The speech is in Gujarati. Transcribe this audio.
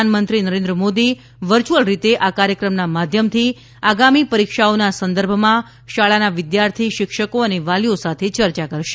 પ્રધાનમંત્રી નરેન્ક્ર મોદી વચ્યુઅલ રીતે આ કાર્યક્રમના માધ્યમથી આગામી પરીક્ષાઓના સંદર્ભમાં શાળાના વિદ્યાર્થી શિક્ષકો અને વાલીઓ સાથે ચર્ચા કરશે